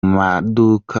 maduka